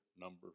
number